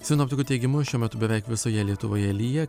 sinoptikų teigimu šiuo metu beveik visoje lietuvoje lyja